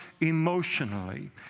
emotionally